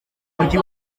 mugi